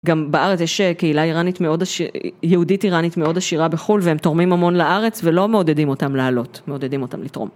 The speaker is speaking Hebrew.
גם בארץ יש קהילה איראנית מאוד, יהודית איראנית מאוד עשירה בחו"ל והם תורמים המון לארץ ולא מעודדים אותם לעלות, מעודדים אותם לתרום.